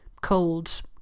Colds